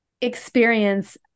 experience